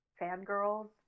fangirls